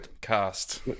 cast